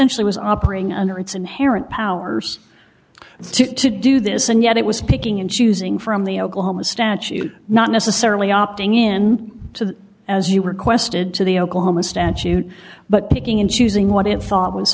essentially was operating under its inherent powers to to do this and yet it was picking and choosing from the oklahoma statute not necessarily opting in to the as you requested to the oklahoma statute but picking and choosing what it thought was